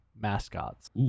Mascots